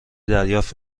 دریافت